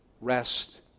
rest